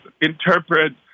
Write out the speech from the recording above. interpret